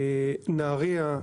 לגבי נהריה,